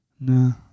no